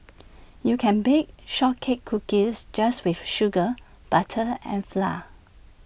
you can bake short cake cookies just with sugar butter and flour